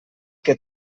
que